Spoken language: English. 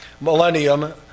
millennium